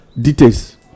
details